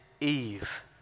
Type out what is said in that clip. Eve